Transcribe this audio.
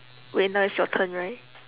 wait now it's your turn right